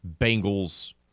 Bengals